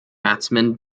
batsman